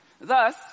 Thus